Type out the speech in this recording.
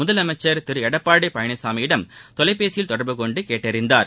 முதலமைச்சர் திரு எடப்பாடி பழனிசாமியிடம் தொலைபேசியில் தொடர்புகொண்டு கேட்டறிந்தார்